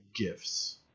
gifts